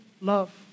love